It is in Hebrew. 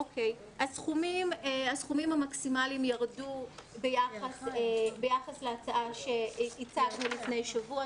הסכומים המקסימליים ירדו ביחס להצעה שהצענו לפני שבוע,